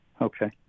Okay